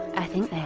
i think they are.